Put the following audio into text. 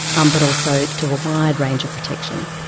um but also to a wide range of protections.